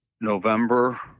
November